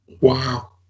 Wow